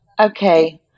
okay